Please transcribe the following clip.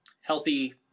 healthy